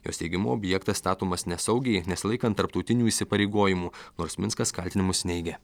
jos teigimu objektas statomas nesaugiai nesilaikant tarptautinių įsipareigojimų nors minskas kaltinimus neigia